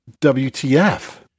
WTF